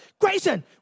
Grayson